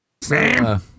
Sam